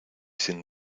sin